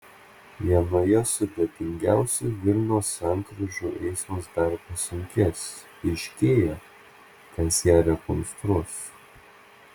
vienoje sudėtingiausių vilniaus sankryžų eismas dar pasunkės aiškėja kas ją rekonstruos